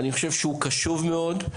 אני חושב שהוא קשוב מאוד,